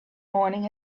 morning